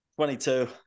22